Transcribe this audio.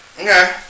Okay